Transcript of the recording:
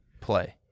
Play